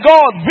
God